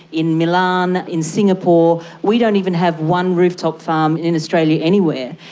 in milan, in singapore. we don't even have one rooftop farm in australia anywhere.